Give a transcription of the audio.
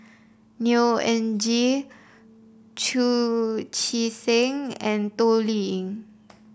Neo Anngee Chu Chee Seng and Toh Liying